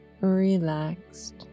relaxed